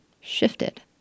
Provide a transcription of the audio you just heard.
shifted